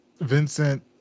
Vincent